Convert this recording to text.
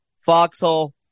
Foxhole